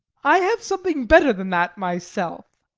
i have something better than that myself.